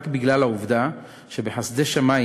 רק בגלל העובדה שבחסדי שמים